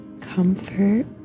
comfort